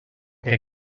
que